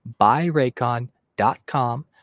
buyraycon.com